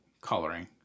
coloring